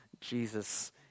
Jesus